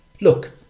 Look